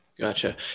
Gotcha